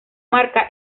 marca